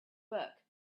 book